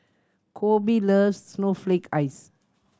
Coby loves snowflake ice